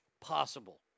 possible